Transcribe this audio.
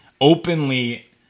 openly